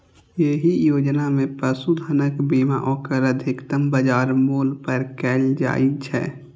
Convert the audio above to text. एहि योजना मे पशुधनक बीमा ओकर अधिकतम बाजार मूल्य पर कैल जाइ छै